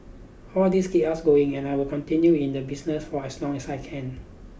all these keep us going and I will continue in the business for as long as I can